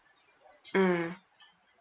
mm